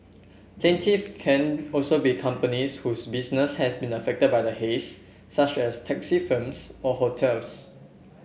plaintiff can also be companies whose business has been affected by the haze such as taxi firms or hotels